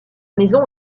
maison